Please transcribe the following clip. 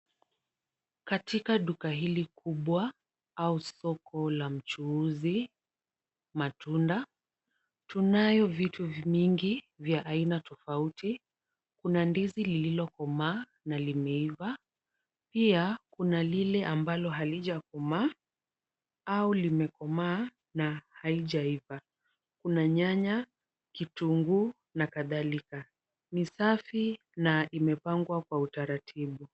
Katika duka hili kubwa au soko la mchuuzi matunda, tunayo vitu mingi vya aina tofauti. Kuna ndizi lililokomaa na limeiva. Pia kuna lile ambalo halijakomaa au limekomaa na haijaiva. Kuna nyanya , kitunguu na kadhalika. Ni safi na imepangwa kwa utaratibu.